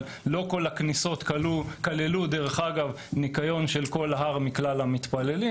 אבל לא כל הכניסות כללו דרך אגב ניקיון של כל הר מכלל המתפללים.